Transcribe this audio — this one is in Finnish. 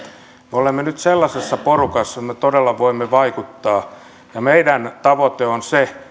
olemme nyt sellaisessa porukassa että me todella voimme vaikuttaa ja meidän tavoitteemme on se